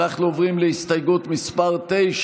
אנחנו עוברים להסתייגות מס' 9,